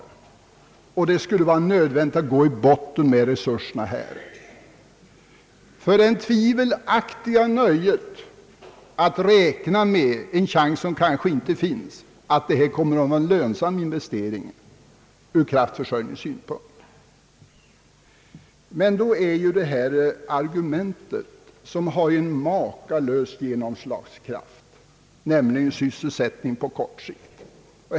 Skall det vara nödvändigt att bottenskrapa resurserna för det tvivelaktiga nöjet att räkna med en chans, som kanske inte finns, att det vi gör blir en lönsam investering ur kraftförsörjningssynpunkt? Men så finns ju det argumentet som har en makalös slagkraft, nämligen sysselsättningen på kort sikt.